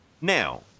Now